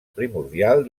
primordial